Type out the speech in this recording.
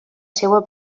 seua